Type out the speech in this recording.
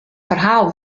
ferhaal